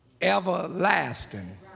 everlasting